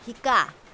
শিকা